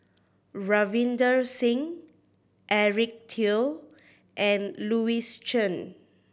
Ravinder Singh Eric Teo and Louis Chen